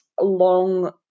long